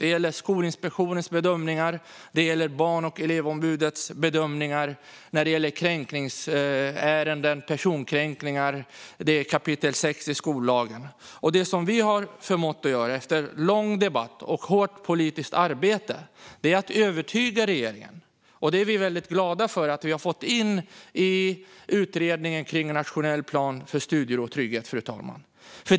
Det gäller Skolinspektionens bedömningar och Barn och elevombudets bedömningar när det gäller personkränkningar, kap. 6 i skollagen. Det som vi har förmått, och som vi är väldigt glada för, är att vi efter lång debatt och hårt politiskt arbete fått igenom en nationell plan för studiero och trygghet, fru talman.